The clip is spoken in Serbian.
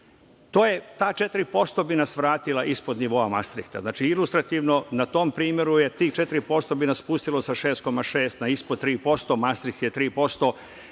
Ta 4% bi nas vratila ispod nivoa Mastrihta. Znači, ilustrativno, na tom primeru tih 4% bi nas spustilo sa 6,6 na ispod 3%. Mastriht je 3%,